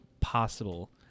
possible